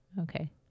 Okay